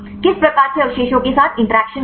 किस प्रकार के अवशेषों के साथ इंटरैक्शन करें